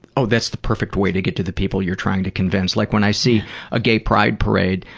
oh, that's the perfect way to get to the people you're trying to convince. like when i see a gay pride parade,